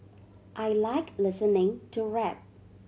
I like listening to rap